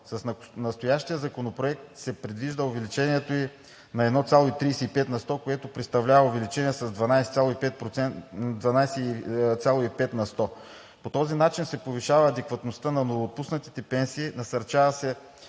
С настоящия законопроект се предвижда увеличаването ѝ на 1,35 на сто, което представлява увеличение с 12,5 на сто. По този начин се повишава адекватността на новоотпуснатите пенсии, насърчава се